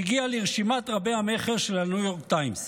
שהגיע לרשימת רבי-המכר של הניו יורק טיימס.